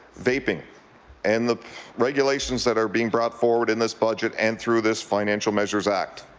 vaping and the regulations that are being brought forward in this budget and through this financial measures act.